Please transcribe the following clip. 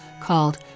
called